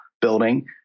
building